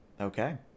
Okay